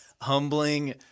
humbling